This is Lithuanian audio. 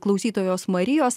klausytojos marijos